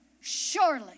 Surely